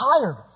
tired